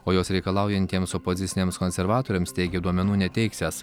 o jos reikalaujantiems opoziciniams konservatoriams teigė duomenų neteiksiąs